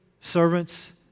servants